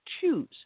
choose